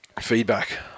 Feedback